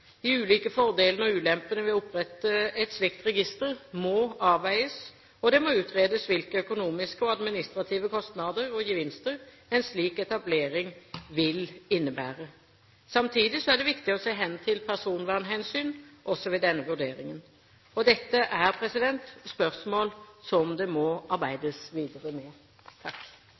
De ulike fordelene og ulempene ved å opprette et slikt register må avveies, og det må utredes hvilke økonomiske og administrative kostnader og gevinster en slik etablering vil innebære. Samtidig er det viktig å se hen til personvernhensyn – også ved denne vurderingen. Dette er spørsmål det må arbeides videre med.